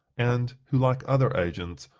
and who, like other agents,